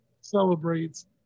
celebrates